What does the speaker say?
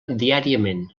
diàriament